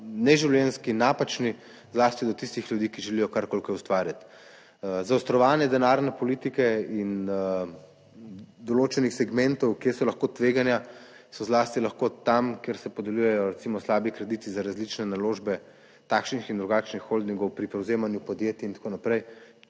neživljenjski, napačni zlasti do tistih ljudi, ki želijo karkoli kaj ustvariti. Zaostrovanje denarne politike in določenih segmentov kje so lahko tveganja, so zlasti lahko tam kjer se podeljujejo recimo slabi krediti za različne naložbe, takšnih in drugačnih holdingov pri prevzemanju podjetij in tako naprej,